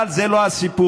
אבל זה לא הסיפור.